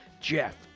Jeff